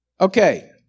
Okay